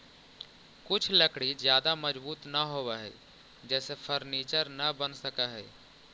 कुछ लकड़ी ज्यादा मजबूत न होवऽ हइ जेसे फर्नीचर न बन सकऽ हइ